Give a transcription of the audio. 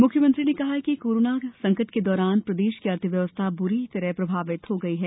मुख्यमंत्री ने कहा कि कोरोना संकट के दौरान प्रदेश की अर्थ व्यवस्था बुरी तरह प्रभावित हुई है